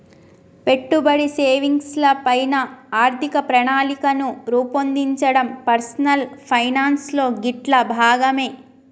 పెట్టుబడి, సేవింగ్స్ ల పైన ఆర్థిక ప్రణాళికను రూపొందించడం పర్సనల్ ఫైనాన్స్ లో గిట్లా భాగమే